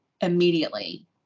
immediately